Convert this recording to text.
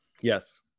Yes